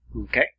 Okay